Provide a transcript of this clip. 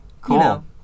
Cool